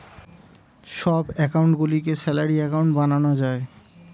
সব অ্যাকাউন্ট গুলিকে salary account বানানো যায়